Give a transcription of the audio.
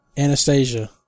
Anastasia